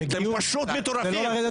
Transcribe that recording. אתם פשוט מטורפים.